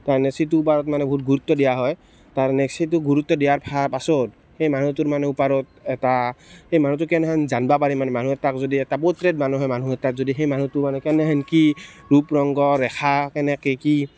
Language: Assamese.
মানে বহুত গুৰুত্ব দিয়া হয় তাৰ গুৰুত্ব দিয়াৰ পাচত সেই মানুহটোৰ মানে ওপৰত এটা সেই মানুহটো কেনেহেন জানিব পাৰি মানে মানুহ এটাক যদি এটা পৰ্ট্ৰেট মানুহে মানুহ এটাক যদি সেই মানুহটো মানে কেনেহেন কি ৰূপ ৰংগ ৰেখা কেনেকৈ কি